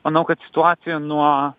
manau kad situacija nuo